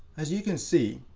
as you can see,